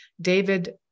David